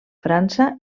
frança